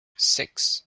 six